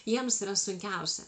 jiems yra sunkiausia